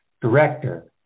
Director